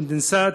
קונדנסט,